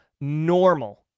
normal